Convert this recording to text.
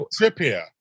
Trippier